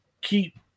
keep